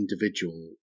individual